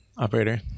Operator